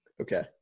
Okay